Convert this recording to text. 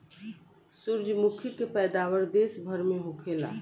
सूरजमुखी के पैदावार देश भर में होखेला